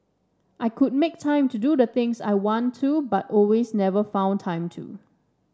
I could make time to do the things I want to but always never found time to